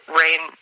rain